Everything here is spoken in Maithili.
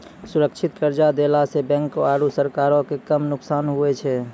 सुरक्षित कर्जा देला सं बैंको आरू सरकारो के कम नुकसान हुवै छै